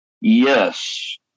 Yes